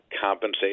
compensate